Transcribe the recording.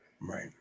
Right